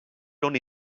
l’on